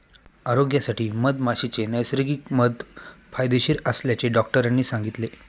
आरोग्यासाठी मधमाशीचे नैसर्गिक मध फायदेशीर असल्याचे डॉक्टरांनी सांगितले